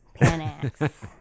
Panax